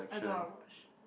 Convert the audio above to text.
I don't wanna watch